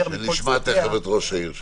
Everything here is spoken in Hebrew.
מכל צדדיה -- נשמע תיכף את ראש העיר שם.